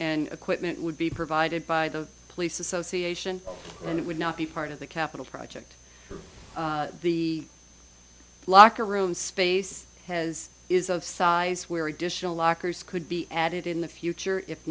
an equipment would be provided by the police association and it would not be part of the capital project the locker room space has is of size where additional lockers could be added in the future if